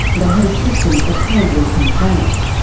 they had a system of handling complaints.